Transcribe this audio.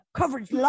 coverage